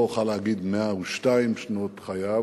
לא אוכל להגיד במשך 102 שנות חייו,